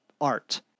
art